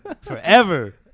Forever